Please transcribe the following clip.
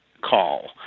call